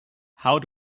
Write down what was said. how